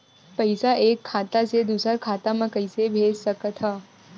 पईसा एक खाता से दुसर खाता मा कइसे कैसे भेज सकथव?